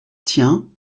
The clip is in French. tiens